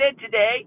today